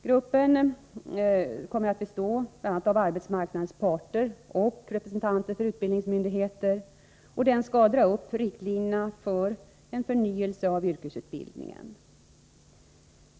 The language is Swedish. Gruppen kommer att bestå av bl.a. arbetsmarknadens parter och representanter för utbildningsmyndigheter och skall dra upp riktlinjerna för en förnyelse av yrkesutbildningen.